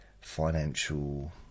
financial